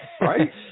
right